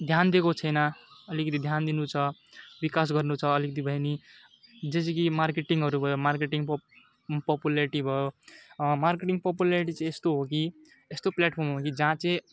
ध्यान दिएको छैन अलिकति ध्यान दिनु छ विकास गर्नु छ अलिकति भए पनि जस्तो कि मार्केटिङहरू भयो मार्केटिङ पप पपुलेरिटी भयो मार्केटिङ पपुलेरिटी चाहिँ यस्तो हो कि यस्तो प्लेटफर्म हो कि जहाँ चाहिँ